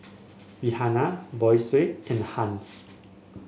Rihanna Boysie and Hans